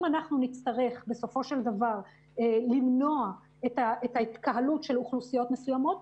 אם אנחנו נצטרך בסופו של דבר למנוע התקהלות של אוכלוסיות מסוימות,